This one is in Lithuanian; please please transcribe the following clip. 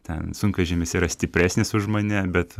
ten sunkvežimis yra stipresnis už mane bet